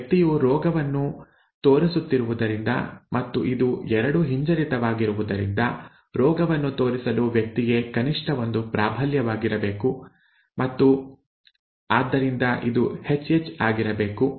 ಈ ವ್ಯಕ್ತಿಯು ರೋಗವನ್ನು ತೋರಿಸುತ್ತಿರುವುದರಿಂದ ಮತ್ತು ಇದು ಎರಡೂ ಹಿಂಜರಿತವಾಗಿರುವುದರಿಂದ ರೋಗವನ್ನು ತೋರಿಸಲು ವ್ಯಕ್ತಿಗೆ ಕನಿಷ್ಠ ಒಂದು ಪ್ರಾಬಲ್ಯವಾಗಿರಬೇಕು ಮತ್ತು ಆದ್ದರಿಂದ ಇದು hH ಆಗಿರಬೇಕು